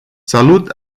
salut